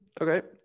Okay